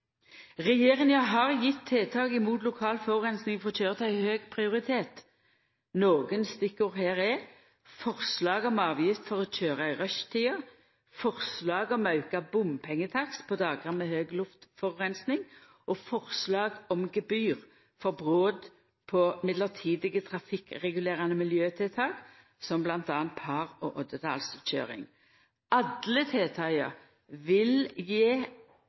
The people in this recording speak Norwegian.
Regjeringa har gjeve tiltak mot lokal forureining for køyretøy høg prioritet. Nokre stikkord her er: forslag om avgift for å køyra i rushtida, forslag om auka bompengetakst på dagar med høg luftforureining og forslag om gebyr for brot på mellombelse trafikkregulerande miljøtiltak, som